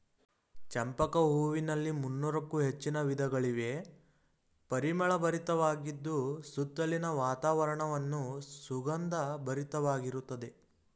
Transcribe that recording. ಚಂಪಕ ಹೂವಿನಲ್ಲಿ ಮುನ್ನೋರಕ್ಕು ಹೆಚ್ಚಿನ ವಿಧಗಳಿವೆ, ಪರಿಮಳ ಭರಿತವಾಗಿದ್ದು ಸುತ್ತಲಿನ ವಾತಾವರಣವನ್ನು ಸುಗಂಧ ಭರಿತವಾಗಿರುತ್ತದೆ